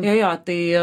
jo jo tai